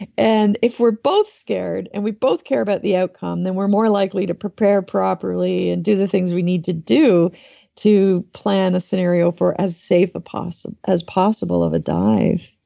and if we're both scared and we both care about the outcome, then we're more likely to prepare properly and do the things we need to do to plan a scenario for as safe as possible of a dive.